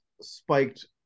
spiked